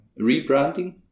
rebranding